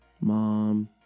mom